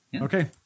Okay